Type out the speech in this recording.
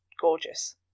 gorgeous